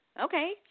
Okay